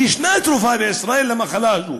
וישנה תרופה בישראל למחלה הזאת,